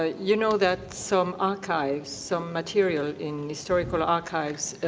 ah you know that some archives, some material in historical archives,